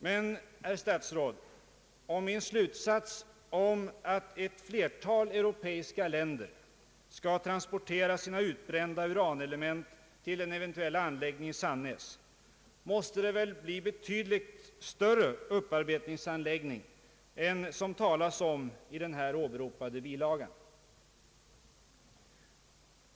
Men, herr statsråd, om min slutsats är att ett flertal europeiska länder skall transportera sina utbrända uranelement till en eventuell anläggning i Sannäs är riktig måste det väl bli en betydligt större upparbetningsanläggning än den man talar om i den av mig åberopade bilagan?